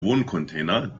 wohncontainer